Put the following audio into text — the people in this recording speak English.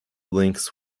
links